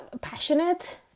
Passionate